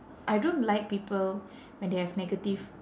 I don't like people when they have negative